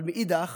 אבל מאידך